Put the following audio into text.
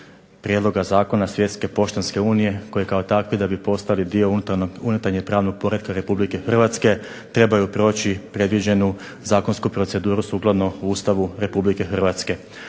Prijedloga zakona Svjetske poštanske unije koji kao takvi da bi postali dio unutarnjeg pravnog poretka Republike Hrvatske trebaju proći predviđenu zakonsku proceduru sukladno Ustavu Republike Hrvatske.